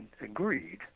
agreed